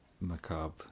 macabre